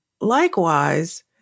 likewise